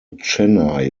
chennai